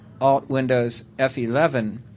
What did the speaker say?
Alt-Windows-F11